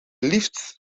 liefst